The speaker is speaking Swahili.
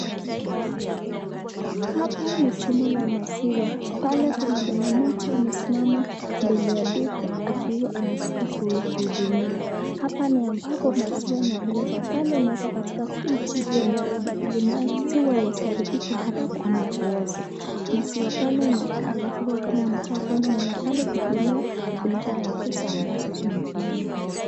Hapa ni chuma la maziwa. Pale kuna baba mmoja amesimama mbele ya duka akiwa anataka ku kuhudumiwa. Hapa ni ambapo maziwa yanapelekwa pale yanawekwa katika fridge ikuwe baridi ili maziwa yasiharibike haraka ama kuoza. Maziwa pale yanakaa alafu wewe kama unataka unaenda pale kupimiwa kulingana na pesa ambazo zimepeanwa.